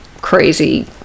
crazy